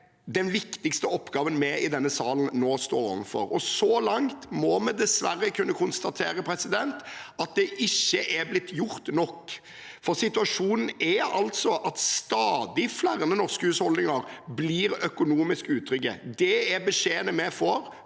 den viktigste oppgaven vi i denne salen nå står overfor. Så langt må vi dessverre kunne konstatere at det ikke er blitt gjort nok, for situasjonen er at stadig flere norske husholdninger blir økonomisk utrygge. Det er beskjedene vi får